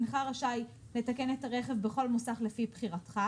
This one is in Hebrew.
הנך רשאי לתקן את הרכב בכל מוסך לפי בחירתך.